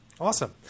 Awesome